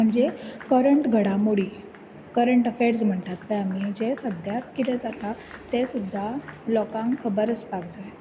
म्हणजे करंट घडामोडी current affairs म्हणटात ते आमी जे सद्द्याक कितें जाता ते सुद्दां लोकांक खबर आसपाक जाय